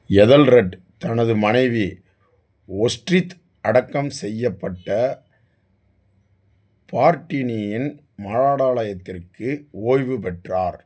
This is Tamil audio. ஏதெல்ரெட் தனது மனைவி ஒஸ்ட்ரித் அடக்கம் செய்யப்பட்ட பார்ட்னியின் மடாலயத்திற்கு ஓய்வு பெற்றார்